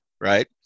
right